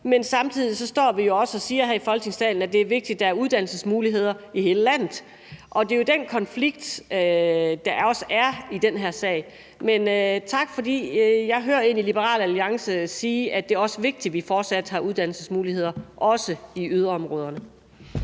men samtidig står vi jo også og siger her i Folketingssalen, at det er vigtigt, at der er uddannelsesmuligheder i hele landet. Og det er jo den konflikt, der også er i den her sag. Men tak, for jeg hører egentlig Liberal Alliance sige, at det også er vigtigt, at vi fortsat har uddannelsesmuligheder, også i yderområderne.